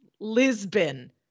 lisbon